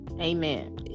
Amen